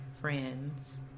friends